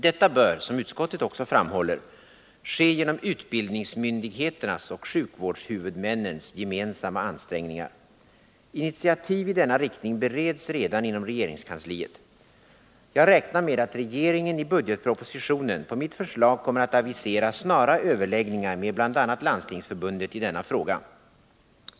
Detta bör — som utskottet också framhåller — ske genom utbildningsmyndigheternas och sjukvårdshuvudmännens gemensamma - ansträngningar. Initiativ i denna riktning bereds redan inom regeringskansliet. Jag räknar med att regeringen i 1980 års budgetproposition på mitt förslag kommer att avisera snara överläggningar med bl.a. Landstingsförbundet i denna fråga.